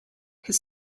his